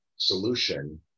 Solution